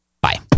Bye